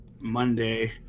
Monday